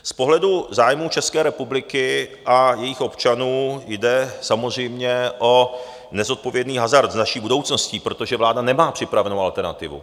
Z pohledu zájmů České republiky a jejích občanů jde samozřejmě o nezodpovědný hazard s naší budoucností, protože vláda nemá připravenou alternativu.